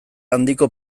handiko